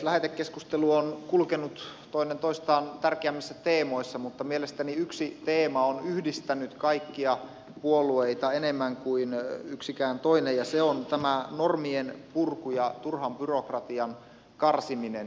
lähetekeskustelu on kulkenut toinen toistaan tärkeämmissä teemoissa mutta mielestäni yksi teema on yhdistänyt kaikkia puolueita enemmän kuin yksikään toinen ja se on tämä normien purku ja turhan byrokratian karsiminen